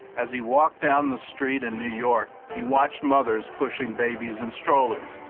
as he walked down the street in new york, he watched mothers pushing babies in strollers,